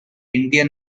indian